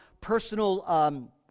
personal